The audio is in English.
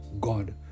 god